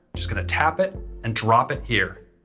just gonna tap it and drop it here.